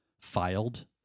Filed